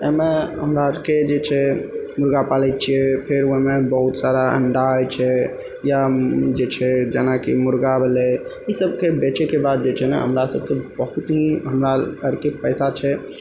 अइमे हमरा अरके जे छै मुर्गा पालै छियै फेर ओइमे बहुत सारा अण्डा हय छै या जे छै जेनाकि मुर्गा भेलै ई सबके बेचैके बाद जे छै नहि हमरा सबके बहुत ही हमरा अरके पैसा छै